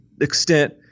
extent –